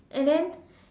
and then